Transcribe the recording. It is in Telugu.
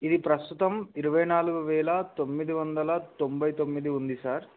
ఇది ప్రస్తుతం ఇరవై నాలుగు వేల తొమ్మిది వందల తొంభై తొమ్మిది ఉంది సార్